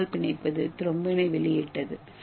ஏ வால் பிணைப்பது த்ரோம்பினை வெளியிட்டது